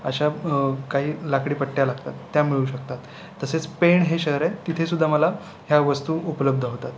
अशा काही लाकडी पट्ट्या लागतात त्या मिळू शकतात तसेच पेण हे शहर आहे तिथेसुद्धा मला ह्या वस्तू उपलब्ध होतात